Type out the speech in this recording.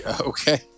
okay